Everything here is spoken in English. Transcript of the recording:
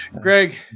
Greg